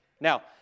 Now